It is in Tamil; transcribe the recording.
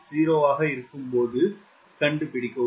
0 ஆக இருக்கும்போது கண்டுபிடிக்கவும்